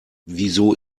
wieso